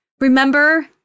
remember